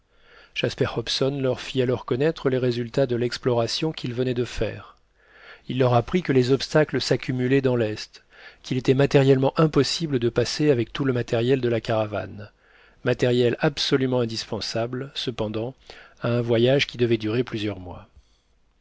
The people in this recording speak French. jasper hobson leur fit alors connaître les résultats de l'exploration qu'il venait de faire il leur apprit que les obstacles s'accumulaient dans l'est qu'il était matériellement impossible de passer avec tout le matériel de la caravane matériel absolument indispensable cependant à un voyage qui devait durer plusieurs mois